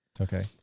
Okay